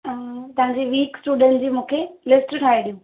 तव्हांजे weak student जी मूंखे लिस्ट ठाही ॾियो